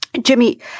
Jimmy